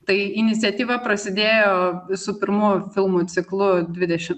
tai iniciatyva prasidėjo visu pirmu filmų ciklu dvidešim